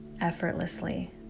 effortlessly